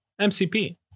MCP